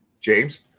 James